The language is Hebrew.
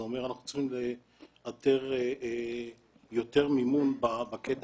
זה אומר שאנחנו צריכים לאתר יותר מימון בקטע